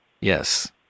Yes